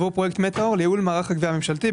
עבור פרויקט מטאור ולייעול מערך ה --- הממשלתי,